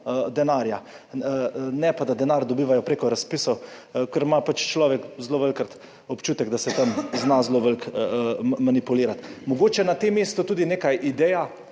denarja, ne pa da denar dobivajo preko razpisov, ker ima pač človek zelo velikokrat občutek, da se tam zna zelo veliko manipulirati. Mogoče na tem mestu tudi neka ideja,